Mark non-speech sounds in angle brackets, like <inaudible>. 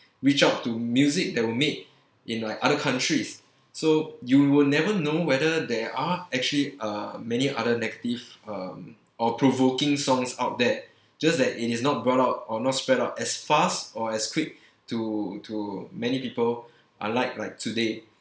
reach out to music that were made in like other countries so you will never know whether there are actually uh many other negative um or provoking songs out there just that it is not brought out or not spread out as fast or as quick to to many people <breath> unlike like today